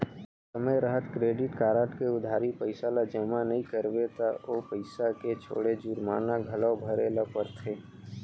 समे रहत credit card के उधारी पइसा ल जमा नइ करबे त ओ पइसा के छोड़े जुरबाना घलौ भरे ल परथे